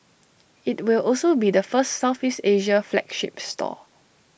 IT will also be the first Southeast Asia flagship store